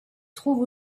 trouve